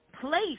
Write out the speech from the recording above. place